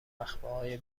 وقفههای